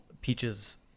peaches